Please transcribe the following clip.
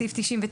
בסעיף 99,